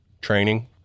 training